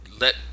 let